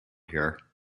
here